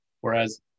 Whereas